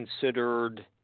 considered